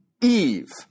Eve